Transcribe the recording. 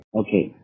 okay